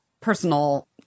personal